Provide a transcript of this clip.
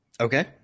Okay